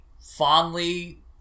fondly